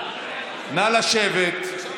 נא לשבת.